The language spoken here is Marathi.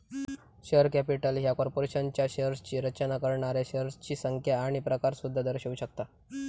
शेअर कॅपिटल ह्या कॉर्पोरेशनच्या शेअर्सची रचना करणाऱ्या शेअर्सची संख्या आणि प्रकार सुद्धा दर्शवू शकता